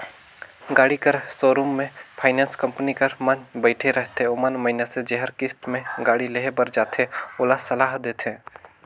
गाड़ी कर सोरुम में फाइनेंस कंपनी कर मन बइठे रहथें ओमन मइनसे जेहर किस्त में गाड़ी लेहे बर जाथे ओला सलाह देथे